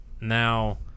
Now